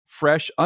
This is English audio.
fresh